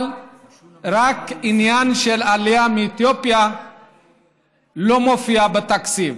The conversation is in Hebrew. רק העניין של העלייה מאתיופיה לא מופיע בתקציב.